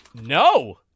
No